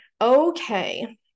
Okay